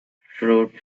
fruit